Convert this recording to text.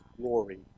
glory